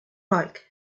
like